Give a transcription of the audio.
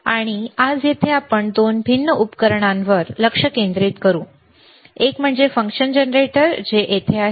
आणि आज येथे आपण दोन भिन्न उपकरणांवर लक्ष केंद्रित करू एक म्हणजे फंक्शन जनरेटर जे येथे आहे